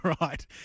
right